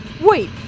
wait